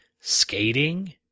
skating